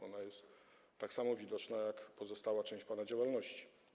Ona jest tak samo widoczna, jak pozostała część pana działalności.